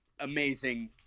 amazing